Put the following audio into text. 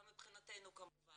וגם מבחינתנו כמובן.